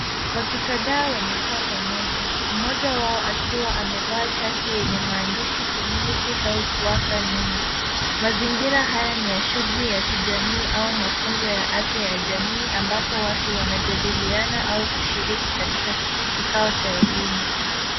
Watu kadhaa wamekaa pamoja, mmoja wao akiwa amevaa shati yenye maandishi Community Health Worker nyuma. Mazingira haya ni ya shughuli ya kijamii au mafunzo ya afya ya jamii ambapo watu wanajadiliana au kushiriki katika kikao cha elimu.